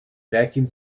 vacuum